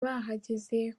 bahageze